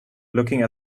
looking